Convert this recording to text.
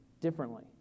differently